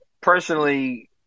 personally